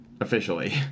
officially